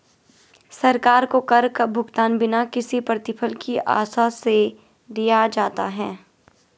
सरकार को कर का भुगतान बिना किसी प्रतिफल की आशा से दिया जाता है